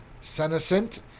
senescent